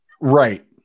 Right